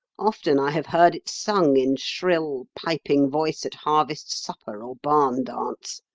often i have heard it sung in shrill, piping voice at harvest supper or barn dance.